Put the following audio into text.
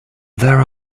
there